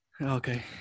okay